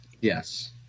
Yes